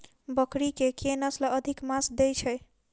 बकरी केँ के नस्ल अधिक मांस दैय छैय?